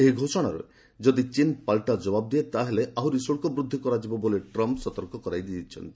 ଏହି ଘୋଷଣାର ଯଦି ଚୀନ୍ ପାଲଟା ଜବାବ ଦିଏ ତାହେଲେ ଆହୁରି ଶୁଳ୍କ ବୃଦ୍ଧି କରାଯିବ ବୋଲି ଟ୍ରମ୍ପ୍ ସତର୍କ କରାଇ ଦେଇଛନ୍ତି